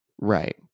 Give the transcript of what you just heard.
right